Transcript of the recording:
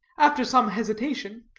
after some hesitation,